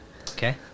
Okay